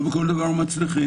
לא בכל דבר מצליחים